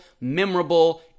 memorable